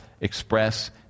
express